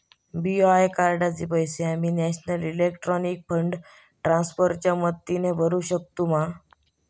BOI कार्डाचे पैसे आम्ही नेशनल इलेक्ट्रॉनिक फंड ट्रान्स्फर च्या मदतीने भरुक शकतू मा?